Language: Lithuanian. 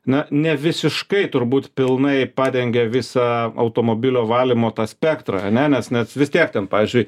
na ne visiškai turbūt pilnai padengia visą automobilio valymo tą spektrą ane nes vis tiek ten pavyzdžiui